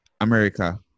america